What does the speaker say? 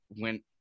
went